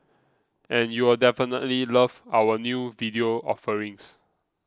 and you'll definitely love our new video offerings